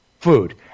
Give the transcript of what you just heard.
food